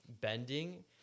bending